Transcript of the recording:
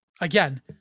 again